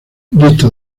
dista